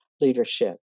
leadership